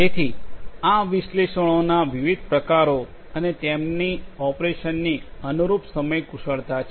તેથી આ વિશ્લેષણોના વિવિધ પ્રકારો અને તેમની ઓપરેશનની અનુરૂપ સમય કુશળતા છે